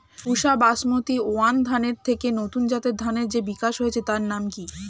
পুসা Basmati one ধানের থেকে নতুন জাতের ধানের যে বিকাশ হয়েছে তার নাম কি?